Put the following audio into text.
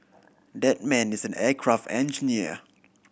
that man is an aircraft engineer